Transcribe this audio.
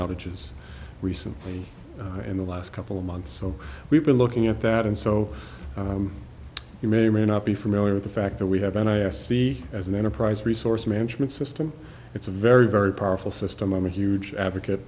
outages recently in the last couple of months so we've been looking at that and so you may or may not be familiar with the fact that we have an i see as an enterprise resource management system it's a very very powerful system i'm a huge advocate